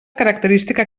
característica